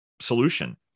solution